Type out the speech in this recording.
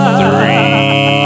three